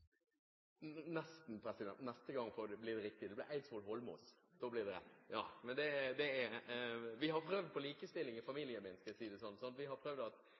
Nesten, president, neste gang blir det riktig. Da blir det Eidsvoll Holmås, og da blir det rett. Vi har prøvd på likestilling i familien min – for å si det sånn – sånn at vi har prøvd at vi begge bytter navn. Men jeg skjønner godt at